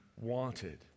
wanted